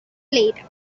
played